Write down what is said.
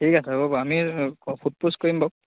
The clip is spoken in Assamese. ঠিক আছে হ'ব বাৰু আমি সোধ পোছ কৰিম বাও